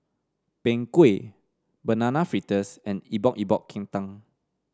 Png Kueh Banana Fritters and Epok Epok Kentang